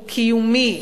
קיומי,